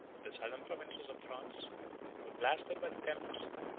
that the southern provinces of france were blasted by the tempest,